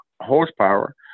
horsepower